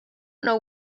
know